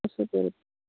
असंच आहे